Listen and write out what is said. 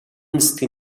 нисдэг